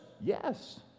Yes